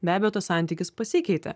be abejo tas santykis pasikeitė